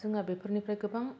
जोंहा बेफोरनिफ्राय गोबां